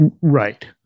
Right